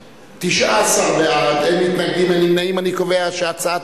בכתב, הצעת